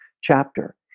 chapter